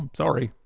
um sorry,